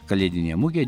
kalėdinė mugė